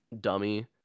dummy